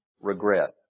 regret